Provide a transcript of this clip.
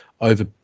over